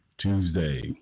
Tuesday